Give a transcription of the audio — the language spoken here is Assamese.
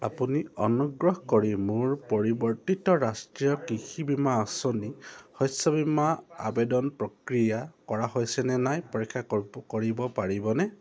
আপুনি অনুগ্ৰহ কৰি মোৰ পৰিৱৰ্তিত ৰাষ্ট্ৰীয় কৃষি বীমা আঁচনি শস্য বীমা আবেদন প্ৰক্ৰিয়া কৰা হৈছে নে নাই পৰীক্ষা কৰব কৰিব পাৰিবনে